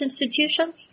institutions